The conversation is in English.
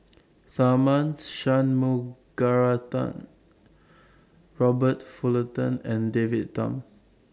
Tharman Shanmugaratnam Robert Fullerton and David Tham